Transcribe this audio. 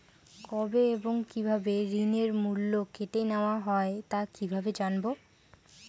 কবে এবং কিভাবে ঋণের মূল্য কেটে নেওয়া হয় তা কিভাবে জানবো?